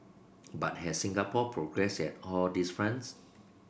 but has Singapore progressed at all these fronts